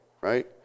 right